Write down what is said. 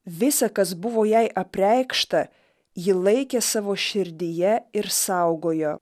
visa kas buvo jai apreikšta ji laikė savo širdyje ir saugojo